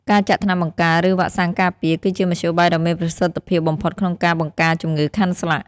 ការចាក់ថ្នាំបង្ការ ឬ វ៉ាក់សាំងការពារ គឺជាមធ្យោបាយដ៏មានប្រសិទ្ធភាពបំផុតក្នុងការបង្ការជំងឺខាន់ស្លាក់។